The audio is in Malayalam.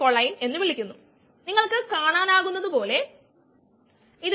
മോനോട് സമവാക്യം പോലെ തന്നെ